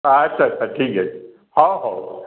ଆଛା ଆଛା ଠିକ୍ ଅଛି ହଁ ହେଉ